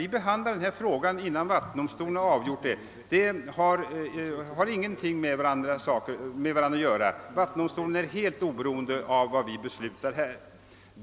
Vi behandlar denna fråga innan vattendomstolen har avgjort den. Vattendomstolen är helt oberoende av vad vi beslutar här.